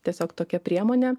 tiesiog tokia priemonė